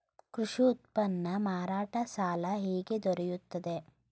ಕೃಷಿ ಉತ್ಪನ್ನ ಮಾರಾಟ ಸಾಲ ಹೇಗೆ ದೊರೆಯುತ್ತದೆ?